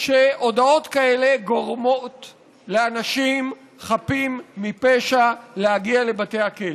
שהודאות כאלה גורמות לאנשים חפים מפשע להגיע לבתי הכלא.